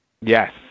Yes